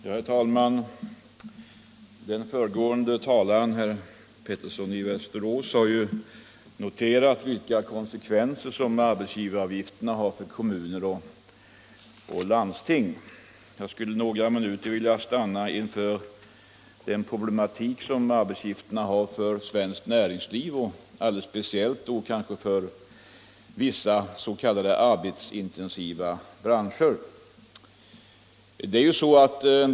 Herr talman! Den föregående talaren har ju noterat vilka konsekvenser arbetsgivaravgifterna har för kommuner och landsting. Jag skulle några minuter vilja stanna inför den problematik avgifterna innebär för svenskt näringsliv, specielit vissa s.k. arbetsintensiva branscher.